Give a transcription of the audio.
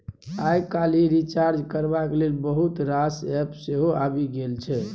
आइ काल्हि रिचार्ज करबाक लेल बहुत रास एप्प सेहो आबि गेल छै